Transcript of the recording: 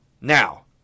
Now